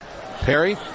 perry